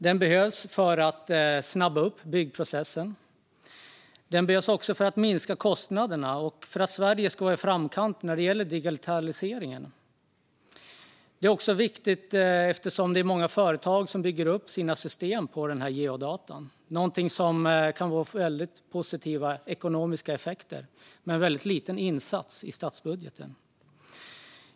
De behövs för att snabba upp byggprocessen och minska kostnaderna och för att Sverige ska vara i framkant när det gäller digitaliseringen. Det är viktigt också eftersom många företag bygger upp sina system på dessa geodata, något som kan få väldigt positiva ekonomiska effekter med en väldigt liten insats i statsbudgeten.